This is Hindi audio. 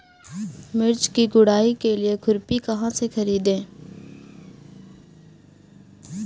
मिर्च की गुड़ाई के लिए खुरपी कहाँ से ख़रीदे?